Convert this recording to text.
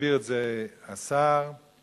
הסביר את זה השר איתן.